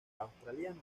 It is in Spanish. australianas